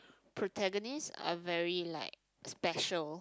protagonist are very like special